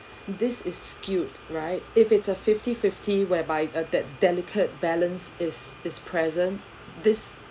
this is skewed right if it's a fifty fifty whereby uh that delicate balance is this present this